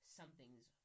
something's